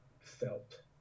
felt